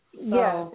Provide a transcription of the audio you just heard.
Yes